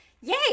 yay